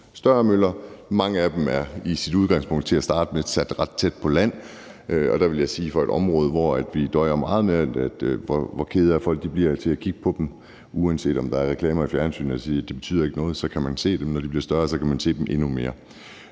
Mange af dem er til at starte med sat ret tæt på land. Det er et område, hvor vi døjer meget med dem, og hvor folk bliver kede af at kigge på dem. Uanset om der er reklamer i fjernsynet, der siger, at det ikke betyder noget, så kan man se dem, og når de bliver større, kan man se dem endnu mere.